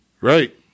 right